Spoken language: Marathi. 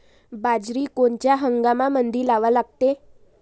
बाजरी कोनच्या हंगामामंदी लावा लागते?